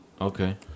Okay